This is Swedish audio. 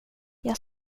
jag